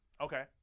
Okay